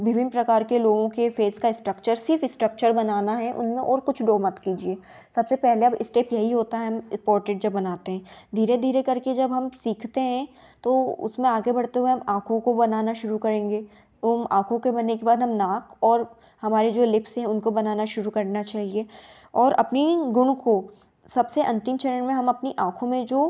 विभिन्न प्रकार के लोगों के फ़ेस का स्ट्रक्चर सिर्फ स्ट्रक्चर बनाना है उनमें और कुछ ड्रो मत कीजिए सबसे पहला स्टेप यही होता है हम पोर्ट्रेट जब बनाते हैं धीरे धीरे करके जब हम सीखते हैं तो उसमें आगे बढ़ते हुए हम आँखों को बनाना शुरू करेंगे उन आँखों के बनने के बाद हम नाक और हमारे जो लिप्स हैं उनको बनाना शुरू करना चाहिए और अपनी गुणों को सबसे अंतिम चरण में हम अपनी आँखों में जो